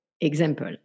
example